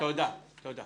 תודה.